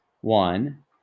one